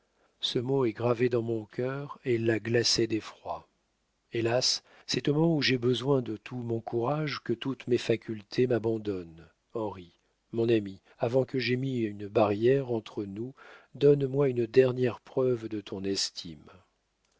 ce mot est gravé dans mon cœur et la glassé défroit hélas c'est au moment où j'ai besoin de tout mon courage que toutes mes facultés ma bandonnent henry mon ami avant que j'aie mis une barrier entre nous donne moi une dernier preuve de ton estime